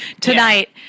tonight